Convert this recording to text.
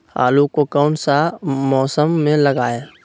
आलू को कौन सा मौसम में लगाए?